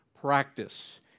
practice